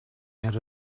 out